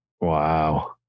Wow